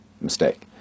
mistake